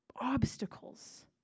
obstacles